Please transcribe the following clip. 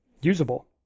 usable